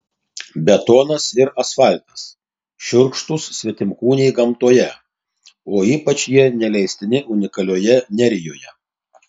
betonas ir asfaltas šiurkštūs svetimkūniai gamtoje o ypač jie neleistini unikalioje nerijoje